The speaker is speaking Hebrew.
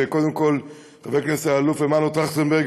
וקודם כול חברי הכנסת אלאלוף ומנו טרכטנברג,